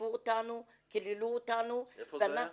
דחפו אותנו, קיללו אותנו --- איפה זה היה?